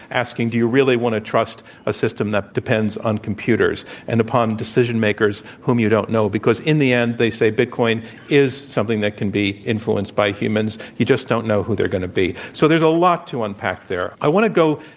asking, do you really want to trust a system that depends on computers and upon decision-makers whom you don't know? because, in the end, they say, bitcoin is something that can be influenced by humans. you just don't know who they're going to be. so, there's a lot to unpack, there. a lot. i want to go,